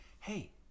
hey